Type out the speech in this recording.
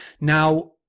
Now